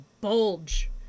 bulge